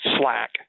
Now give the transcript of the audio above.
slack